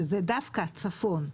שזה דווקא בצפון,